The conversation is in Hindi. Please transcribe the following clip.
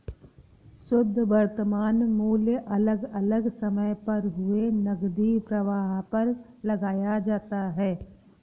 शुध्द वर्तमान मूल्य अलग अलग समय पर हुए नकदी प्रवाह पर लगाया जाता है